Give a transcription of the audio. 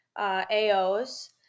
AOs